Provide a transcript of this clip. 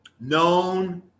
known